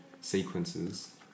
sequences